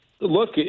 look